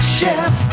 chef